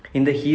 ya